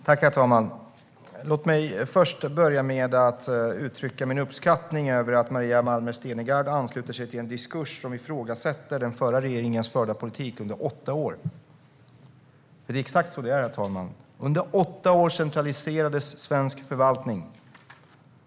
Herr talman! Låt mig börja med att uttrycka min uppskattning över att Maria Malmer Stenergard ansluter sig till en diskurs som ifrågasätter den förra regeringens förda politik under åtta år. Det är exakt så det är, herr talman. Under åtta år centraliserades svensk förvaltning.